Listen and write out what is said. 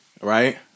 right